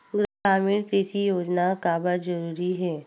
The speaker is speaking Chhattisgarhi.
ग्रामीण कृषि योजना काबर जरूरी हे?